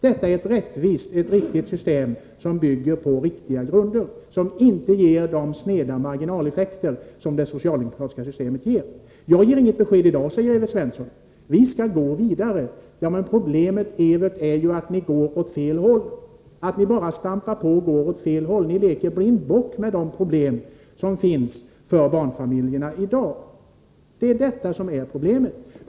Detta är ett rättvist system, som bygger på riktiga grunder och som inte ger de sneda marginaleffekter som det socialdemokratiska systemet medför. Jag ger inget besked i dag, säger Evert Svensson. Vi skall gå vidare. Ja, men problemet är ju att ni går åt fel håll. Ni leker blindbock med de problem som barnfamiljerna i dag har.